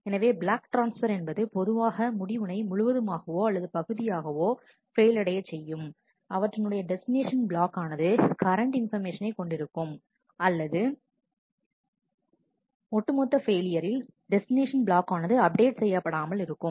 எனவே block transfer என்பது பொதுவாக முடிவினை முழுவதுமாகவோ அல்லது பகுதியாகவோ ஃபெயில் அடையச் செய்யும் அவற்றினுடைய டெஸ்டினேஷன் பிளாக் ஆனது கரண்ட் இன்பர்மேஷனை கொண்டிருக்கும் அல்லது ஒட்டுமொத்த ஃபெயிலியரில் டெஸ்டினேஷன் பிளாக் ஆனது அப்டேட் செய்யப்படாமல் இருக்கும்